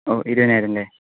ഇരുപതിനായിരം അല്ലെ